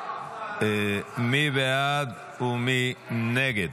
מי בעד ומי נגד?